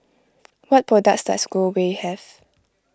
what products does Growell have